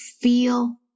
feel